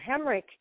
Hemrick